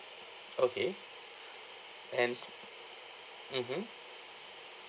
okay and mmhmm